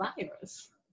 virus